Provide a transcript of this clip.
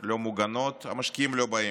לא מוגנות, המשקיעים לא באים.